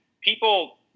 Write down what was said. people